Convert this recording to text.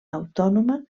autònoma